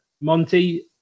monty